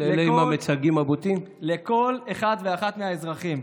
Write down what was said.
לכל אחד ואחת מהאזרחים,